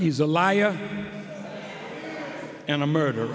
he's a liar and a murder